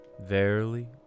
Verily